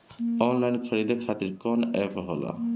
Online खरीदे खातीर कौन एप होला?